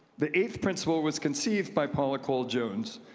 the eighth principle was conceived by paula cole jones,